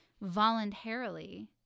voluntarily